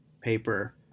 paper